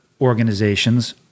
organizations